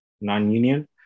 non-union